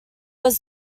was